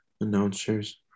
announcers